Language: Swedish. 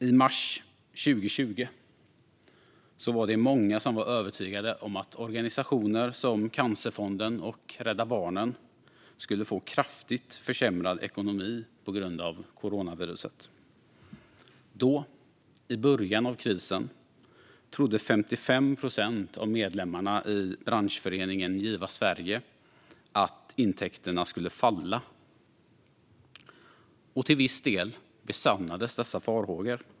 I mars 2020 var det många som var övertygade om att organisationer som Cancerfonden och Rädda Barnen skulle få kraftigt försämrad ekonomi på grund av coronaviruset. Då, i början av krisen, trodde 55 procent av medlemmarna i branschföreningen Giva Sverige att intäkterna skulle falla. Till viss del besannades dessa farhågor.